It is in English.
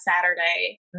Saturday